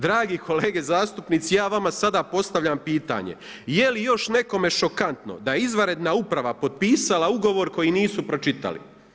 Dragi kolege zastupnici ja vama sada postavljam pitanje je li još nekome šokantno da je izvanredna uprava potpisala ugovor koji nisu pročitali.